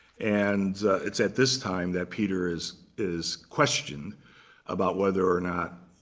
and it's at this time that peter is is questioned about whether or not,